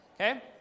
Okay